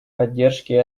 поддержки